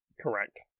Correct